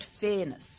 fairness